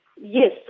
Yes